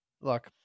Look